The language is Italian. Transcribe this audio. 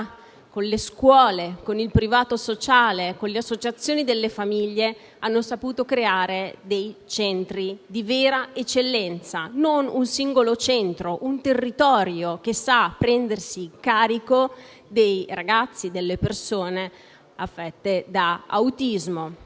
le scuole, il privato sociale e le associazioni delle famiglie, hanno saputo creare centri di vera eccellenza. Non un singolo centro, ma un territorio che sa prendersi carico dei ragazzi e delle persone affette da autismo.